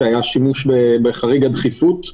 שם היה שימוש בחריג הדחיפות,